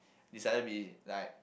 decided to be like